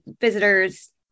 visitors